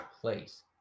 place